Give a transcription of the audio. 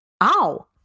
ow